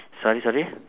sorry sorry